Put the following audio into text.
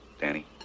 Danny